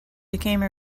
became